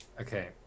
Okay